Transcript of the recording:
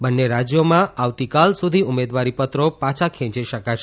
બંને રાજ્યોમાં આવતીકાલ સુધી ઉમેદવારીપત્રો પાછા ખેંચી શકાશે